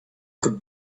could